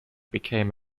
became